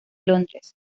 londres